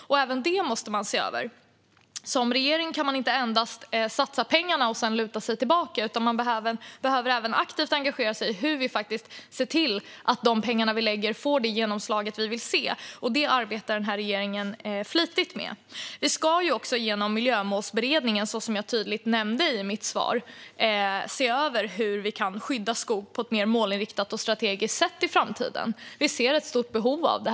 Även detta måste ses över. Som regering kan man inte endast satsa pengarna och sedan luta sig tillbaka, utan man behöver även aktivt engagera sig i hur man ska se till att de pengar man lägger får det genomslag man vill se. Det arbetar denna regering flitigt med. Vi ska också, som jag tydligt nämnde i mitt svar, genom Miljömålsberedningen se över hur vi kan skydda skog på ett mer målinriktat och strategiskt sätt i framtiden. Vi ser ett stort behov av det.